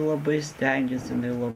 labai stengiasi jinai labai